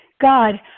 God